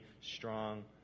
strong